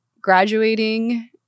graduating